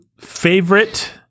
Favorite